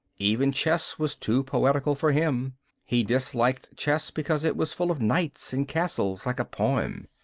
even chess was too poetical for him he disliked chess because it was full of knights and castles, like a poem.